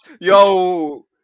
Yo